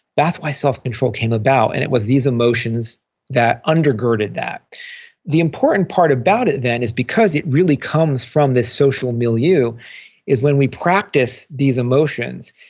that's why self-control came about. and it was these emotions that undergirded that the important part about it then is because it really comes from this social milieu is when we practice these emotions,